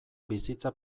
bizitza